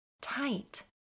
tight